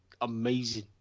amazing